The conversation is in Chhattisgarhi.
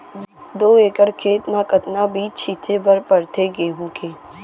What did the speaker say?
दो एकड़ खेत म कतना बीज छिंचे बर पड़थे गेहूँ के?